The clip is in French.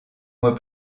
mois